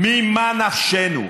ממה נפשנו?